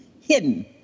hidden